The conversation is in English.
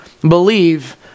believe